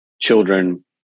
children